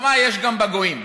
חוכמה יש גם בגויים.